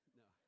no